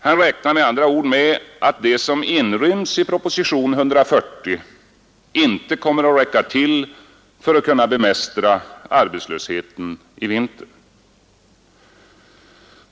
Han räknar med andra ord med att det som inryms i proposition nr 140 inte kommer att räcka till för att bemästra arbetslösheten i vinter.